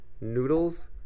noodles